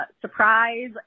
surprise